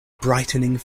brightening